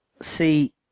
see